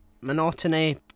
monotony